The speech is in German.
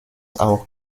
auch